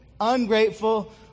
ungrateful